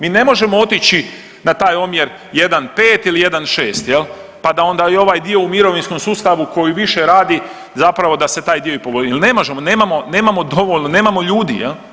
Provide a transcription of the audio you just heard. Mi ne možemo otići na taj omjer 1:5 ili 1:6 pa da onda i ovaj dio u mirovinskom sustavu koji više radi zapravo da se taj dio i jel ne možemo nemamo dovoljno, nemamo ljudi.